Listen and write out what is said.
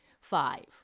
Five